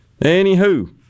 Anywho